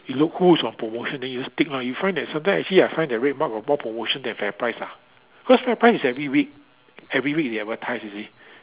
you look who is on promotion then you just pick lah you find that sometimes actually I find that RedMart got more promotion than FairPrice ah because FairPrice is every week every week they advertise you see